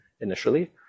initially